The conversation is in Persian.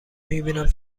میبینم